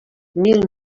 mil